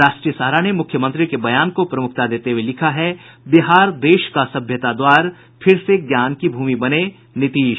राष्ट्रीय सहारा ने मुख्यमंत्री के बयान को प्रमुखता देते हुए लिखा है बिहार देश का सभ्यता द्वार फिर से ज्ञान की भूमि बने नीतीश